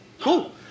cool